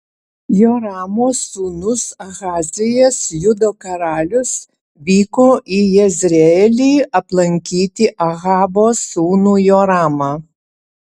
joramo sūnus ahazijas judo karalius vyko į jezreelį aplankyti ahabo sūnų joramą